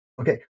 Okay